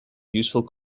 useful